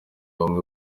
bamwe